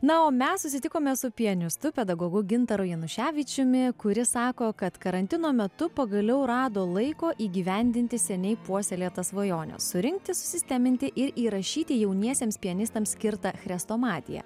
na o mes susitikome su pianistu pedagogu gintaru januševičiumi kuris sako kad karantino metu pagaliau rado laiko įgyvendinti seniai puoselėtą svajonę surinkti susisteminti ir įrašyti jauniesiems pianistams skirtą chrestomatiją